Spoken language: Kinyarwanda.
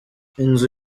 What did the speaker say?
inzu